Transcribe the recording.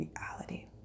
reality